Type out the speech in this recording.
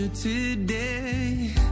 Today